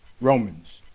Romans